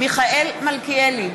מיכאל מלכיאלי,